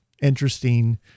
interesting